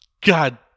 God